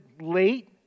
late